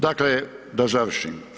Dakle, da završim.